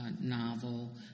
novel